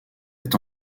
est